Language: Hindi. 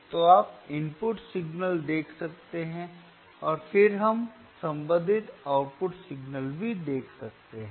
तो आप इनपुट सिग्नल देख सकते हैं और फिर हम संबंधित आउटपुट सिग्नल भी देख सकते हैं